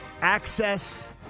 access